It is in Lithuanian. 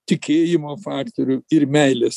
tikėjimo faktorių ir meilės